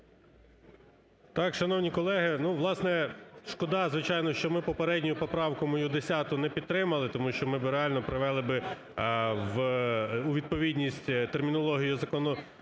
Так, шановні колеги, власне, шкода, звичайно, що ми попередню мою поправку 10 не підтримали, тому що ми реально привели би у відповідність термінологію закону